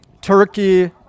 Turkey